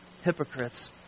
hypocrites